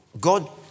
God